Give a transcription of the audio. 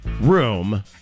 room